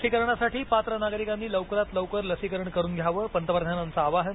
लसीकरणासाठी पात्र नागरिकांनी लवकरात लवकर लसीकरण करून घ्यावं पंतप्रधानांचं आवाहन